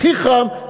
הכי חם,